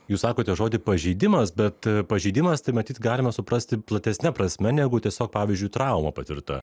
jūs sakote žodį pažeidimas bet pažeidimas tai matyt galima suprasti platesne prasme negu tiesiog pavyzdžiui trauma patirta